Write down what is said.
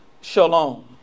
shalom